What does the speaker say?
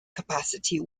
capacity